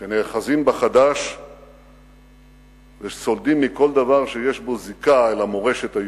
שנאחזים בחדש וסולדים מכל דבר שיש בו זיקה אל המורשת היהודית.